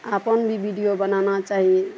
आपन भी विडियो बनाना चाही